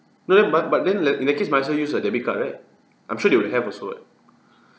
no no but but then like in that case might as well use a debit card right I'm sure they will have also [what]